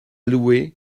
louer